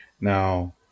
Now